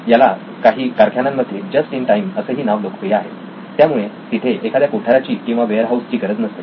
याला काही कारखान्यांमध्ये जस्ट इन टाईम असेही नाव लोकप्रिय आहे त्यामुळे तिथे एखाद्या कोठाराची किंवा वेअरहाऊस ची गरज नसते